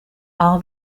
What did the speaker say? all